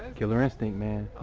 killer insinct man.